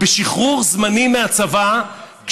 בשחרור זמני מהצבא.